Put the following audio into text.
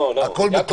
יעקב,